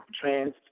trans